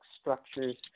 structures